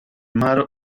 mar